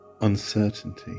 uncertainty